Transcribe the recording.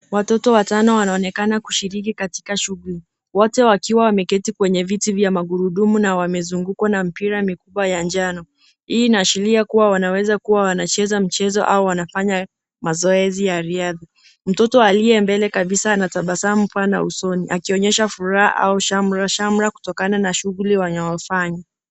Watoto watano wanaonekana kushiriki katika shughuli. Wote wakiwa wameketi kwenye viti vya magurudumu na wamezungukwa na mipira mikubwa ya njano. Hii inaashiria kuwa wanaweza kuwa wanacheza mchezo au wanafanya mazoezi ya riadha. Mtoto aliye mbele kabisa ana tabasamu pana usoni akionyesha furaha au shamrashamra kutokana na shughuli wanayofanya.